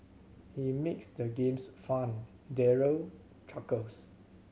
he makes the games fun Daryl chuckles